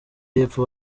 y’epfo